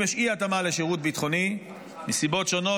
אם יש אי-התאמה לשירות ביטחוני מסיבות שונות,